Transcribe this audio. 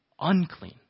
unclean